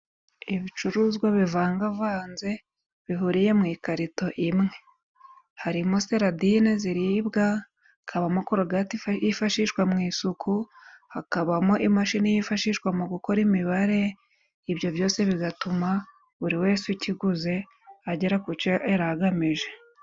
Ibicuruzwa bivangavanze bihuriye mu ikarito imwe. Harimo seradine ziribwa, kabamo korogati yifashishwa mu isuku, hakabamo imashini yifashishwa mu gukora imibare, ibyo byose bigatuma buri wese ukiguze, agera ku cyo yari agamije.